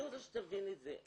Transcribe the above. אני רוצה שתבין את זה.